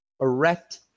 erect